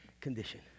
condition